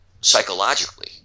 psychologically